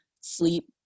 sleep